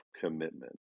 commitment